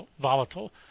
volatile